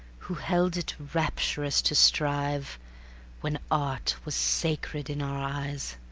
who held it rapturous to strive when art was sacred in our eyes,